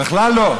בכלל לא.